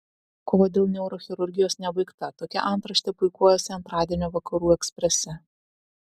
kova dėl neurochirurgijos nebaigta tokia antraštė puikuojasi antradienio vakarų eksprese